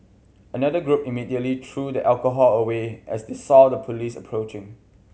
another group immediately threw the alcohol away as they saw the police approaching